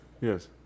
yes